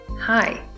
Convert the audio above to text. Hi